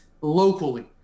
locally